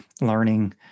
learning